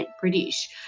British